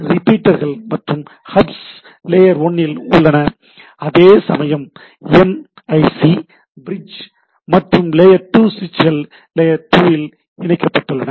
ரிப்பீட்டர்கள் மற்றும் hubs layer 1 இல் உள்ளன அதேசமயம் என்ஐசி பிரிட்ஜ் மற்றும் லேயர் 2 சுவிட்சுகள் லேயர் 2 இல் உள்ளன